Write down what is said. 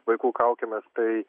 vaikų kaukėmis tai